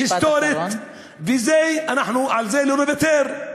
היסטורית, ועל זה אנחנו לא נוותר.